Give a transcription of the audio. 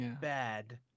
bad